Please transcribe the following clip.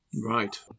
Right